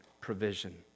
provision